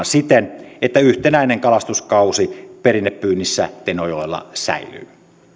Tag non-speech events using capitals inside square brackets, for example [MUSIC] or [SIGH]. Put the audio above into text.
[UNINTELLIGIBLE] siten että yhtenäinen kalastuskausi perinnepyynnissä tenojoella säilyy